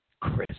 Chris